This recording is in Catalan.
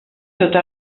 tota